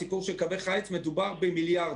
בסיפור של קווי חיץ מדובר במיליארדים.